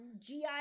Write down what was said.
GI